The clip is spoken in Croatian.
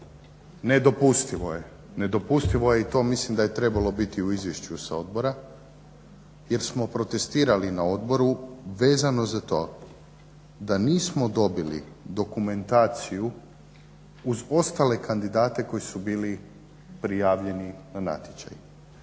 nedopustivo je i to mislim da je trebalo biti u izvješću sa odbora jer smo protestirali na odboru vezano za to da nismo dobili dokumentaciju uz ostale kandidate koji su bili prijavljeni na natječaju.